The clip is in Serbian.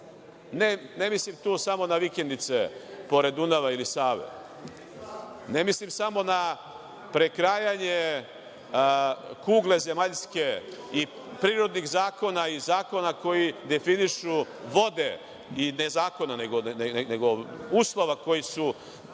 Ne mislim tu samo na vikendice pored Dunava ili Save. Ne mislim samo na prekrajanje kugle zemaljske i prirodnih zakona i zakona koji definišu vode, ne zakona, nego uslova koji su